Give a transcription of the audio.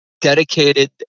dedicated